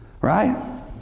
Right